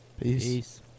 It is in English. peace